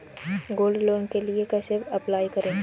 Gold loan के लिए कैसे अप्लाई करें?